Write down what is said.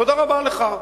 תודה רבה לך.